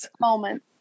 moment